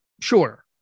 Sure